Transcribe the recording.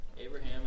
Abraham